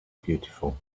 beautiful